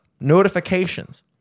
notifications